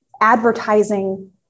advertising